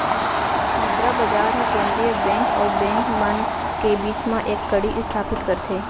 मुद्रा बजार ह केंद्रीय बेंक अउ बेंक मन के बीच म एक कड़ी इस्थापित करथे